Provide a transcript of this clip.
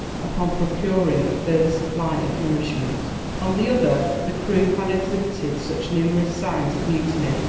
upon procuring a further supply of nourishment on the other, the crew had exhibited such numerous signs of mutiny,